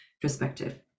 perspective